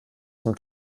zum